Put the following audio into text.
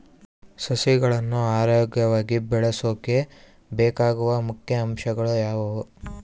ಸಸಿಗಳನ್ನು ಆರೋಗ್ಯವಾಗಿ ಬೆಳಸೊಕೆ ಬೇಕಾಗುವ ಮುಖ್ಯ ಅಂಶಗಳು ಯಾವವು?